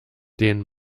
den